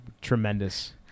tremendous